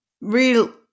real